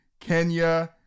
Kenya